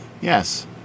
Yes